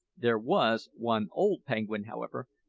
there was one old penguin, however,